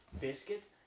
biscuits